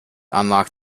unlock